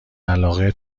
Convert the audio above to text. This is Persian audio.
علاقه